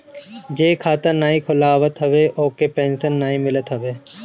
जे खाता नाइ खोलवावत हवे ओके पेंशन नाइ मिलत हवे